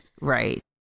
right